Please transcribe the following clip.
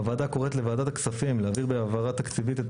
הוועדה קוראת לוועדת הכספים להעביר בעברה תקציבית את